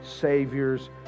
Savior's